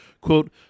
Quote